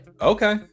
Okay